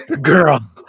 Girl